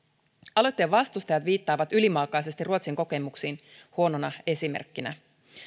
aloitteen vastustajat viittaavat ylimalkaisesti ruotsin kokemuksiin huonona esimerkkinä